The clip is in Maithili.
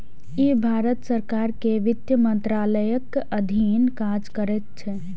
ई भारत सरकार के वित्त मंत्रालयक अधीन काज करैत छै